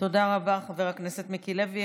תודה רבה, חבר הכנסת מיקי לוי.